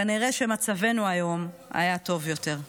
כנראה שמצבנו היום היה טוב יותר.